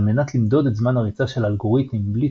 על מנת למדוד את זמן הריצה של אלגוריתם בלי